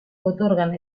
otorgan